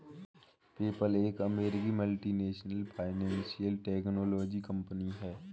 PayPal एक अमेरिकी multinational financial technology company है